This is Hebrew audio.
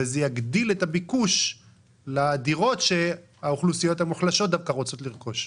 וזה יגדיל את הביקוש לדירות שהאוכלוסיות המוחלשות דווקא רוצות לרכוש,